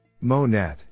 MoNet